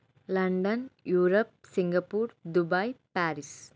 London Europe Singapore Dubai Paris